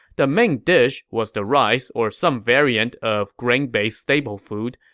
the main dish was the rice or some variant of grain-based staple food,